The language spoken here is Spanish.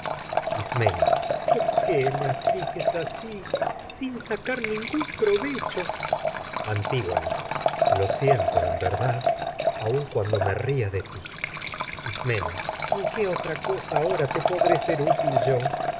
por qué me afliges así sin sacar ningún provecho antígona lo de ti siento en verdad aun cuando me ría ismena en antígona tú te qué otra a cosa ti ahora te podré no ser útil yo